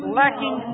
lacking